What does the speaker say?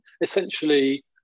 essentially